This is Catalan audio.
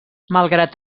malgrat